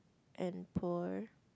and poor